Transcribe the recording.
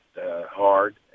hard